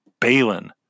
Balin